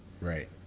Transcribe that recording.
right